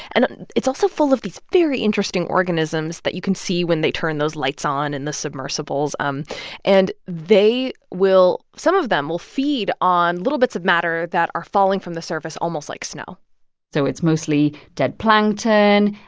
and it's also full of these very interesting organisms that you can see when they turn those lights on in the submersibles. um and they will some of them will feed on little bits of matter that are falling from the surface almost like snow so it's mostly dead plankton,